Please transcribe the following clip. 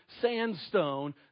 sandstone